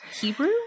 Hebrew